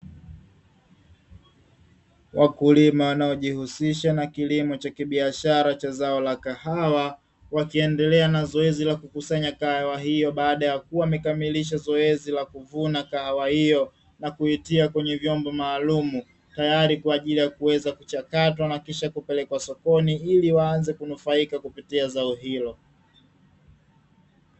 Wakulima wanaojihusisha na kilimo cha kibiashara cha zao la kahawa, wakiendelea na zoezi la kukusanya kahawa hiyo baada ya kuwa wamekamilisha zoezi la kuvuna kahawa hiyo, na kuitia kwenye vyombo maalumu tayari kwa ajili ya kuweza kuchakatwa na kisha kupelekwa sokoni ili waanze kunufaika kupitia zao hilo.